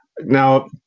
Now